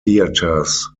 theatres